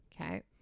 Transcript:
okay